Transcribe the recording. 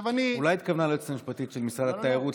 אולי היא התכוונה ליועצת המשפטית של משרד התיירות,